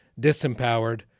disempowered